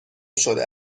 شده